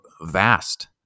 vast